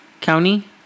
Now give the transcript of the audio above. County